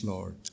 Lord